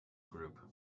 group